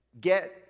get